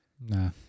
nah